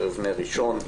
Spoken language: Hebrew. ערב נר ראשון.